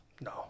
No